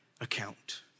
account